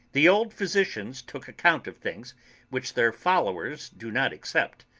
the old physicians took account of things which their followers do not accept,